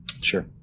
Sure